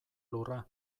lurra